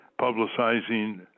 publicizing